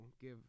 give